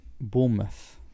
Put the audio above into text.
Bournemouth